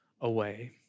away